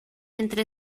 entre